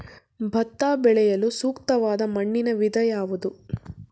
ಭತ್ತ ಬೆಳೆಯಲು ಸೂಕ್ತವಾದ ಮಣ್ಣಿನ ವಿಧ ಯಾವುದು?